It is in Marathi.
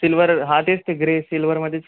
सिल्वर हा तेच ते ग्रे सिल्वरमध्येच